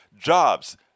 jobs